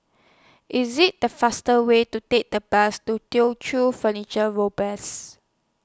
IS IT The faster Way to Take The Bus to Teochew Furniture